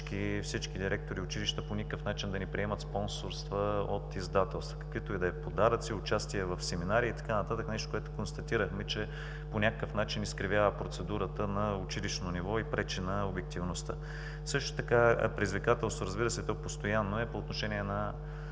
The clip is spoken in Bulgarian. всички директори, училища по никакъв начин да не приемат спонсорства от издателства – каквито и да е подаръци, участия в семинари и така нататък. Нещо, което констатирахме, че по някакъв начин изкривява процедурата на училищно ниво и пречи на обективността. Също така предизвикателство, разбира се, и то постоянно е по отношение на